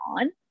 on